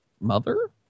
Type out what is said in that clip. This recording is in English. mother